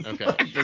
Okay